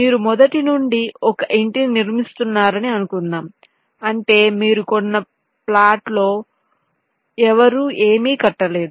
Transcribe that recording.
మీరు మొదటి నుండి ఒక ఇంటిని నిర్మిస్తున్నారని అనుకుందాం అంటే మీరు కొన్న ప్లాట్ లో ఎవరూ ఏమి కట్టలేదు